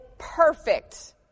perfect